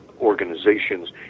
organizations